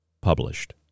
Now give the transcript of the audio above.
published